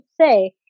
say